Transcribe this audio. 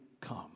come